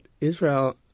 Israel